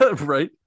right